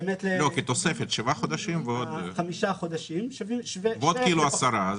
כתוספת, שבעה חודשים ועוד כאילו עשרה.